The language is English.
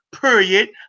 period